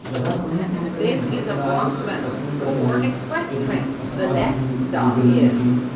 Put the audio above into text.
यदा सम्यक् रूपेण नेट्वर्क् न आगच्छति तस्मिन् पर्याये यदि अस्माभिः गूगल् मीटिङ्ग्